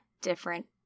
different